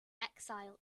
exile